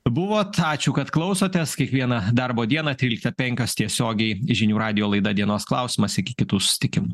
buvot ačiū kad klausotės kiekvieną darbo dieną tryliktą penkios tiesiogiai žinių radijo laida dienos klausimas iki kitų susitikimų